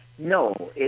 No